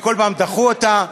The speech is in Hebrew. וכל פעם דחו אותה.